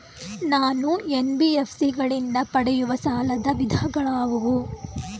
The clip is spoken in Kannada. ನಾನು ಎನ್.ಬಿ.ಎಫ್.ಸಿ ಗಳಿಂದ ಪಡೆಯುವ ಸಾಲದ ವಿಧಗಳಾವುವು?